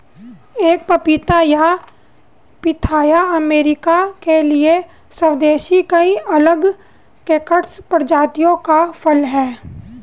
एक पपीता या पिथाया अमेरिका के लिए स्वदेशी कई अलग कैक्टस प्रजातियों का फल है